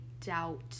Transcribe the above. doubt